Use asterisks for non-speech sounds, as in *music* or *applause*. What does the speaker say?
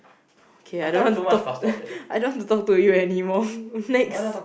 okay I don't want to talk *breath* I don't want to talk to you anymore next